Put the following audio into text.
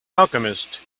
alchemist